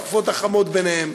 בתקופות ה"חמות" ביניהם,